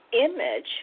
image